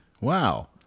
Wow